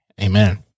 Amen